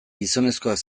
gizonezkoak